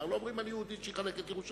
שאמר: לא אומרים על יהודי שיחלק את ירושלים.